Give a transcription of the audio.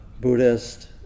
Buddhist